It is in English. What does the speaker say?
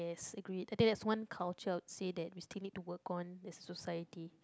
yes agreed I think that's one culture I would say that we still need to work on as a society